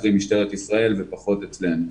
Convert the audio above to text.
קרי משטרת ישראל ופחות אצלנו.